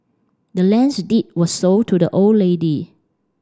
the land's deed was sold to the old lady